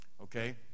okay